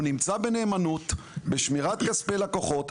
הוא נמצא בנאמנות, בשמירת כספי לקוחות.